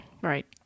Right